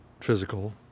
physical